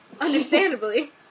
Understandably